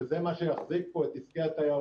שזה מה שיחזיק פה את עסקי התיירות.